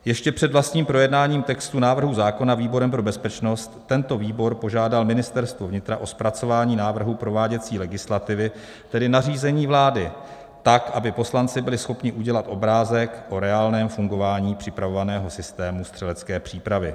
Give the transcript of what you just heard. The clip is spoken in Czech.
Ještě před vlastním projednáním textu návrhu zákona výborem pro bezpečnost tento výbor požádal Ministerstvo vnitra o zpracování návrhu prováděcí legislativy, tedy nařízení vlády, tak aby poslanci byli schopni udělat obrázek o reálném fungování připravovaného systému střelecké přípravy.